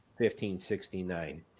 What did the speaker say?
1569